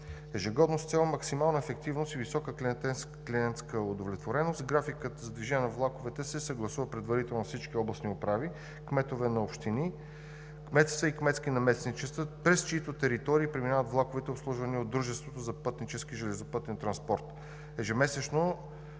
Ежегодно, с цел максимална ефективност и висока клиентска удовлетвореност, графикът за движение на влаковете се съгласува предварително с всички областни управи, кметове на общини, кметства и кметски наместничества, през чиито територии преминават влаковете, обслужвани от Дружеството за пътнически железопътен транспорт. Ежемесечно